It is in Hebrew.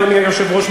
אדוני היושב-ראש,